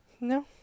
No